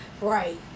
Right